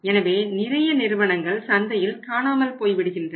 எனவே நிறைய நிறுவனங்கள் சந்தையில் காணாமல் போய்விடுகின்றன